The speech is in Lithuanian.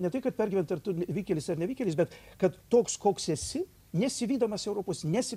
ne tai kad pergyvent ar tu vykėlis ar nevykėlis bet kad toks koks esi nesivydamas europos nesi